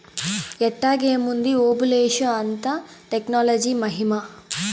ఎట్టాగేముంది ఓబులేషు, అంతా టెక్నాలజీ మహిమా